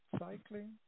cycling